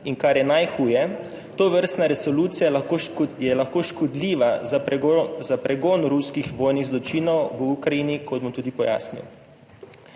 In, kar je najhuje, tovrstna resolucija je lahko škodljiva za pregon, za pregon ruskih vojnih zločinov v Ukrajini, kot bom tudi pojasnil.